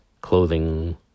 clothing